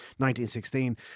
1916